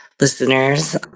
listeners